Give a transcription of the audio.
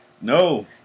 No